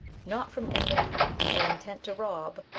not from enmity or intent to rob,